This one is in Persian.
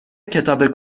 کتاب